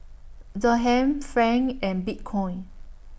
Dirham Franc and Bitcoin